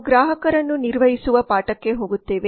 ನಾವು ಗ್ರಾಹಕರನ್ನು ನಿರ್ವಹಿಸುವ ಪಾಠಕ್ಕೆ ಹೋಗುತ್ತೇವೆ